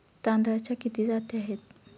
तांदळाच्या किती जाती आहेत?